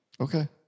Okay